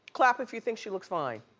clap if you think she looks fine.